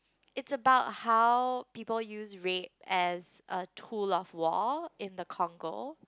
it's about how people use rape as a tool of war in the Congo